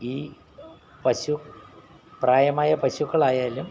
ഈ പശു പ്രായമായ പശുക്കളായാലും